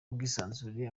ubwisanzure